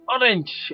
orange